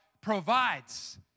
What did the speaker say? provides